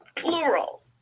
plural